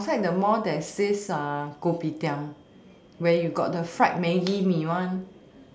outside the mall there is this Kopitiam than have this fried maggi mee one